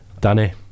Danny